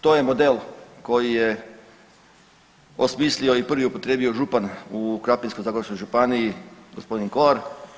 To je model koji je osmislio i prvi upotrijebio župan u Krapinsko-zagorskoj županiji gospodin Kolar.